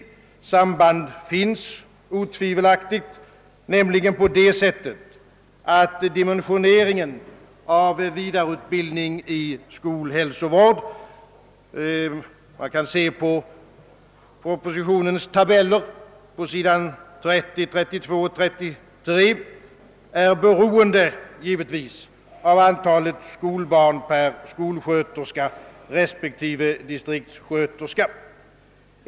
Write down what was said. Ett samband finns otvivelaktigt, nämligen däri att dimensioneringen av vidareutbildningen i skolhälsovård — vi kan studera tabellerna på sidorna 30, 32 och 33 i propositionen — givetvis är beroende av antalet skolbarn per skolsköterska respektive distriktssköterska.